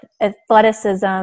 athleticism